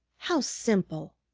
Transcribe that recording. how simple!